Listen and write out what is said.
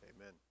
Amen